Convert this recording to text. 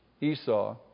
Esau